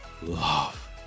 love